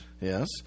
Yes